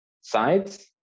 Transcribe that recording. sides